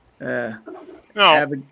No